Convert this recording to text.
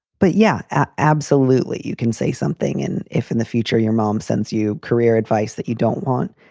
but, yeah, absolutely. you can say something. and if in the future your mom sends you career advice that you don't want.